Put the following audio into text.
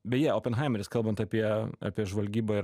beje openhaimeris kalbant apie apie žvalgybą ir